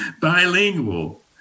bilingual